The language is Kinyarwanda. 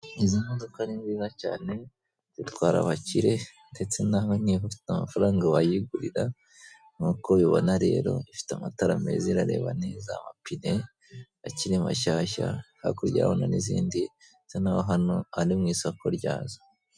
Izi modoka ni nziza cyane zitwara abakire ndetse nawe ubonye ufite amafaranga wayigurira nkuko ubibona rero ifite amatara meza irareba neza amapine akiri mashyashya hakurya urabona n'izindi bisa naho hano ari mu isoko ryazo.